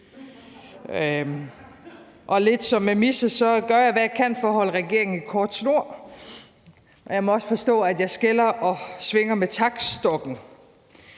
og lidt som hun gør med Misse, gør jeg, hvad jeg kan, for at holde regeringen i kort snor, og jeg må også forstå, at jeg skælder og svinger med taktstokken.